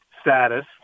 status